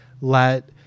let